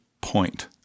point